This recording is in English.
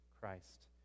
Christ